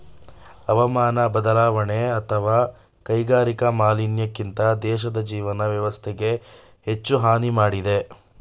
ಹವಾಮಾನ ಬದಲಾವಣೆ ಅತ್ವ ಕೈಗಾರಿಕಾ ಮಾಲಿನ್ಯಕ್ಕಿಂತ ದೇಶದ್ ಜೀವನ ವ್ಯವಸ್ಥೆಗೆ ಹೆಚ್ಚು ಹಾನಿ ಮಾಡಿದೆ